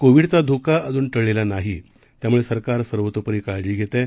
कोविडचा धोका अजून टळलेला नाही त्यामुळे सरकार सर्वतोपरी काळजी घेत आहे